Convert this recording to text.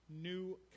new